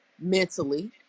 mentally